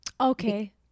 okay